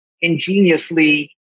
ingeniously